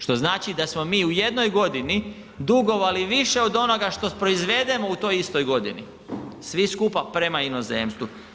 Što znači da smo mi u jednog godini dugovali više od onoga što proizvedemo u toj istoj godini, svi skupa prema inozemstvu.